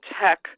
tech